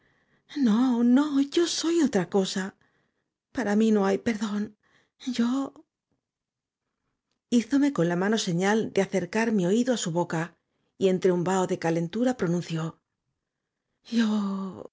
tranquilícese no no yo soy otra cosa para mí no hay perdón y o hízome con la mano señal de acercar mi oído á su boca y entre un vaho de calentura pronunció yo